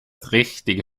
richtige